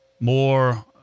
more